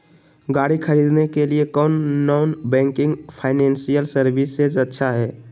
गाड़ी खरीदे के लिए कौन नॉन बैंकिंग फाइनेंशियल सर्विसेज अच्छा है?